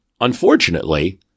Unfortunately